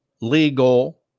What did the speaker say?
legal